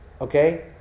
okay